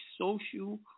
social